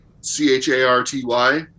c-h-a-r-t-y